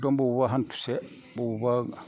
एखदम बबावबा हान्थुसे बबावबा